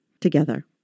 together